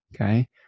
okay